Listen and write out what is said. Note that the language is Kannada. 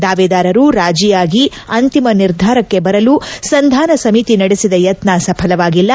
ದಾವೆದಾರರು ರಾಜಿಯಾಗಿ ಅಂತಿಮ ನಿರ್ಧಾರಕ್ಕೆ ಬರಲು ಸಂಧಾನ ಸಮಿತಿ ನಡೆಸಿದ ಯತ್ನ ಸಫಲವಾಗಿಲ್ಲ